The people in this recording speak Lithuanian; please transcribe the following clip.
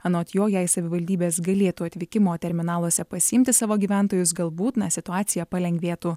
anot jo jei savivaldybės galėtų atvykimo terminaluose pasiimti savo gyventojus galbūt na situacija palengvėtų